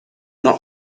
not